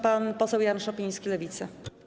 Pan poseł Jan Szopiński, Lewica.